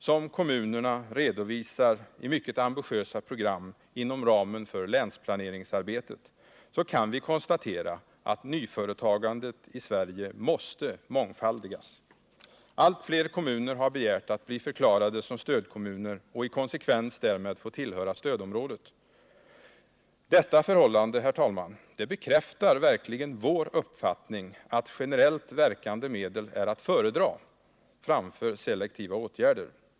som kommunerna redovisat i mycket ambitiösa program inom ramen för länsplaneringsarbetet, kan man konstatera att nyföretagandet i Sverige måste mångfaldigas. Allt fler kommuner har begärt att få bli förklarade som stödkommuner och i konsekvens därmed få tillhöra stödområdet. Detta förhållande, herr talman, bekräftar verkligen vår uppfattning att generellt verkande medel är att föredra framför selektiva åtgärder.